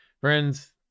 friends